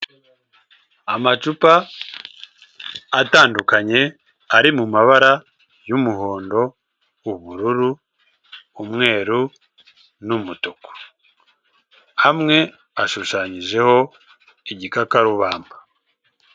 Amacupa atandukanye ari mu mabara y'umuhondo, ubururu, umweru n'umutuku, amwe ashushanyijeho igikakarubamba.